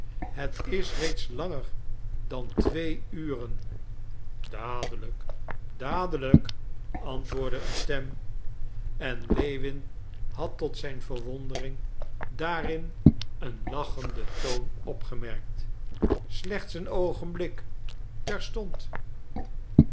het is reeds langer dan twee uren dadelijk dadelijk antwoordde een stem en lewin had tot zijn verwondering daarin een lachenden toon opgemerkt slechts een oogenblik terstond